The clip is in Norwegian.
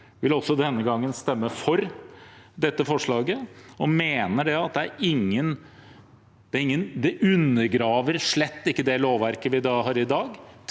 vil også denne gangen stemme for dette forslaget og mener at det slett ikke undergraver det lovverket vi har i dag.